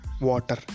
water